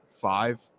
five